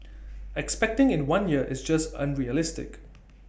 expecting in one year is just unrealistic